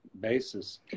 basis